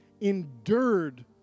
endured